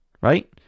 Right